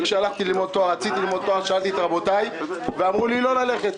כאשר רציתי ללמוד תואר שאלתי את רבותיי ואמרו לי לא ללכת,